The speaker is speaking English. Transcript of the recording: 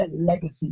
legacy